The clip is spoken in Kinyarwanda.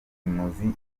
imuzi